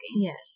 Yes